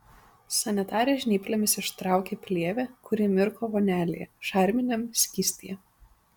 sanitarė žnyplėmis ištraukė plėvę kuri mirko vonelėje šarminiam skystyje